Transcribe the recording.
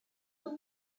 tout